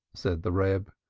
said the reb.